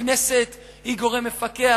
הכנסת היא גורם מפקח,